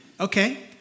Okay